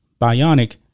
Bionic